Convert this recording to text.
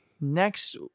Next